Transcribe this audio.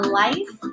life